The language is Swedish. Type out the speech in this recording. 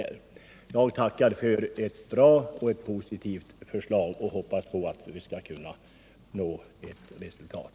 Jag tackar för ett positivt svar och hoppas att vi med detta skall kunna nå resultat.